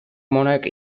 monk